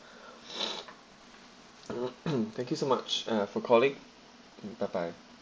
thank you so much uh for calling mm bye bye